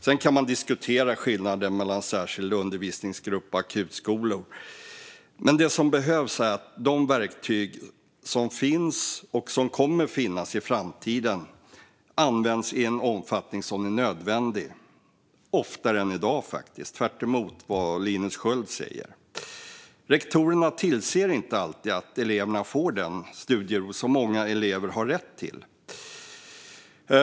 Sedan kan man diskutera skillnaden mellan särskilda undervisningsgrupper och akutskolor, men de verktyg som finns och kommer att finnas i framtiden ska användas i den omfattning som de är nödvändiga - oftare än i dag, tvärtemot vad Linus Sköld säger. Rektorerna tillser inte alltid att eleverna får den studiero som många elever har rätt till.